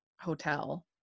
Hotel